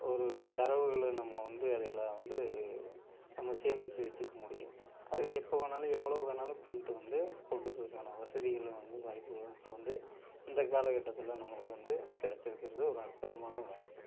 ஒரு தரவுகளை நம்ம வந்து அதில் வந்து நம்ம சேமிச்சு வெச்சுக்க முடியும் அது எப்போ வேணாலும் எவ்வளோ வேணாலும் ப்ரிண்ட்டு வந்து போட்டுக்கிறதுக்கான வசதிகளும் வந்து வாய்ப்புகளும் இப்போ வந்து இந்த காலகட்டத்தில் நம்மளுக்கு வந்து கெடைச்சிருக்குறது ஒரு அற்புதமான வாய்ப்பு